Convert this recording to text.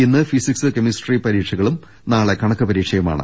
ഇന്ന് physics chemistry പരീക്ഷകളും നാളെ കണക്ക് പരീക്ഷയുമാണ്